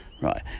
Right